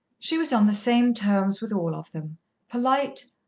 she was on the same terms with all of them polite,